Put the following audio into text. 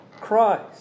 Christ